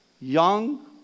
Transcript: young